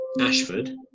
Ashford